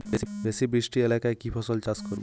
বেশি বৃষ্টি এলাকায় কি ফসল চাষ করব?